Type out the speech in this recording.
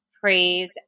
praise